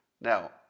Now